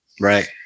right